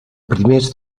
primers